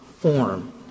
form